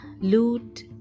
loot